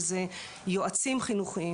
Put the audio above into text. שהם יועצים חינוכיים,